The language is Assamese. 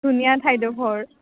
ধুনীয়া ঠাইডোখৰ